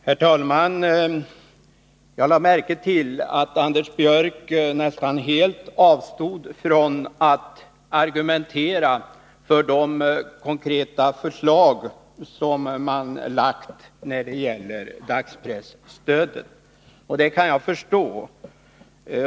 Herr talman! Jag lade märke till att Anders Björck nästan helt avstod från att argumentera för de konkreta förslag som man lagt fram om dagspresstödet. Det kan jag förstå.